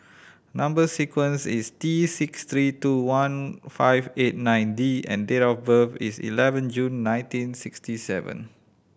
number sequence is T six three two one five eight nine D and date of birth is eleven June nineteen sixty seven